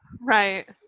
Right